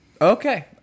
Okay